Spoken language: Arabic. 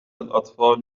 الأطفال